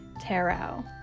tarot